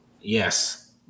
Yes